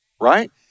Right